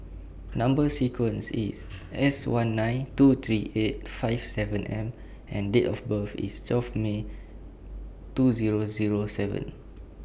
Number sequence IS S one nine two three eight five seven M and Date of birth IS twelve May two Zero Zero seven